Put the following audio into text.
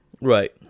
right